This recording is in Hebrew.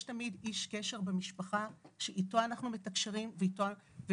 יש תמיד איש קשר במשפחה שאתו אנחנו מתקשרים ובהמשך,